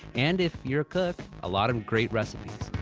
and if you're a cook, a lot of great recipes